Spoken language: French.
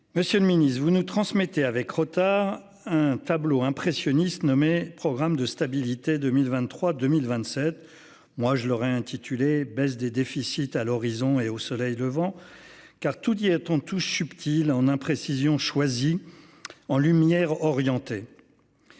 Monsieur le Ministre vous nous transmettez avec retard, un tableau impressionniste nommé programme de stabilité 2023 2027. Moi je l'aurais intitulé baisse des déficits à l'horizon et au soleil levant. Car tout dit ton touche subtile en imprécisions choisi en lumière orienté.